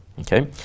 Okay